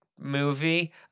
movie